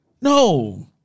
No